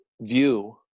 view